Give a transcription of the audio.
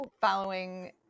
following